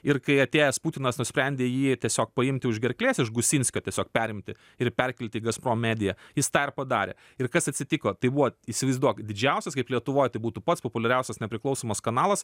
ir kai atėjęs putinas nusprendė jį tiesiog paimti už gerklės iš gusinskio tiesiog perimti ir perkelti gazprom media jis tą ir padarė ir kas atsitiko tai buvo įsivaizduok didžiausias kaip lietuvoj tai būtų pats populiariausias nepriklausomas kanalas